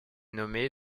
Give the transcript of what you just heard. nommée